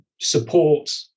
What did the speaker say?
support